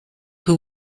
who